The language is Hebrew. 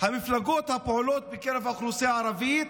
המפלגות הפועלות בקרב האוכלוסייה הערבית,